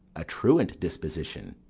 a truant disposition,